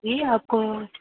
جی آپ کو